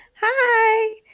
Hi